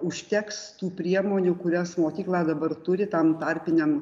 užteks tų priemonių kurias mokykla dabar turi tam tarpiniam